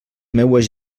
meues